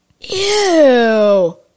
Ew